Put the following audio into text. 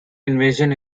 invasion